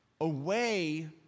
away